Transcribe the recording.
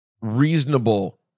reasonable